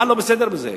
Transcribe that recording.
מה לא בסדר בזה?